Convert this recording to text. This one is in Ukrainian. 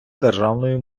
державною